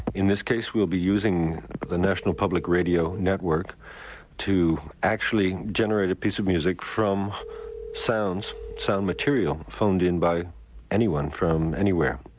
in this case, we'll be using the national public radio network to actually generate a piece of music from sound sound material phoned in by anyone from anywhere.